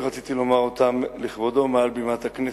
ורציתי לומר אותן לכבודו מעל במת הכנסת.